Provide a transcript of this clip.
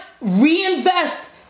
reinvest